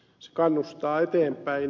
se kannustaa eteenpäin